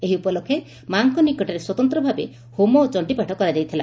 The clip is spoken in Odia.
ଏହି ଉପଲକ୍ଷେ ମା'ଙ୍କ ନିକଟରେ ସ୍ୱତନ୍ତ ଭାରେବ ହେମ ଏବଂ ଚଣ୍ଣୀପାଠ କରାଯାଇଥିଲା